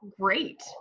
great